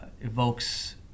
evokes